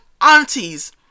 aunties